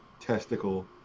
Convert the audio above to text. testicle